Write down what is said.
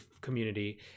community